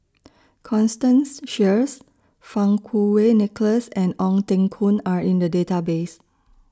Constance Sheares Fang Kuo Wei Nicholas and Ong Teng Koon Are in The Database